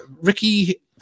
Ricky